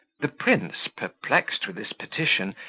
the prince, perplexed with this petition,